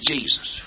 Jesus